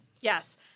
Yes